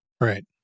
right